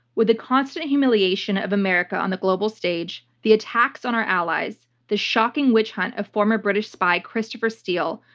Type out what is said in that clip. with the constant humiliation of america on the global stage, the attacks on our allies, the shocking witch hunt of former british spy, christopher steele,